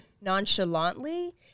nonchalantly